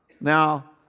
Now